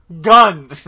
gun